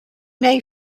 may